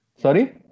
Sorry